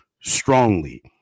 strongly